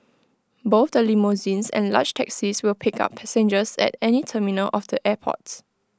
both the limousines and large taxis will pick up passengers at any terminal of the airport